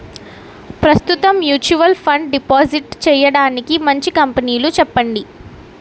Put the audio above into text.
ప్రస్తుతం mutual fund deposit చేయడానికి మంచి కంపెనీలు చెప్పండి